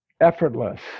effortless